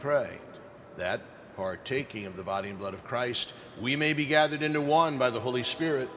pray that partaking of the body and blood of christ we may be gathered into one by the holy spirit